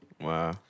Wow